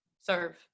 Serve